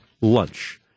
lunch